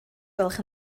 gwelwch